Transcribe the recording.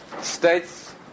states